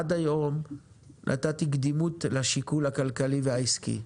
עד היום נתתי קדימות לשיקול הכלכלי והעסקי.